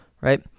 right